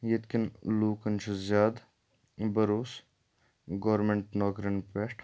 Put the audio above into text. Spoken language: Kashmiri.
ییٚتہِ کین لوٗکَن چھِ زیادٕ بروس گورمنٹ نوکریَن پٮ۪ٹھ